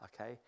Okay